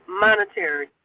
monetary